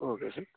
okay sir